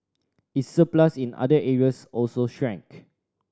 its surplus in other areas also shrank